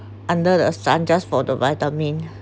under the sun just for the vitamin